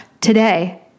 today